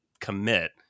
commit